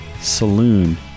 Saloon